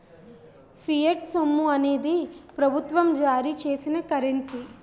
fiat సొమ్ము అనేది ప్రభుత్వం జారీ చేసిన కరెన్సీ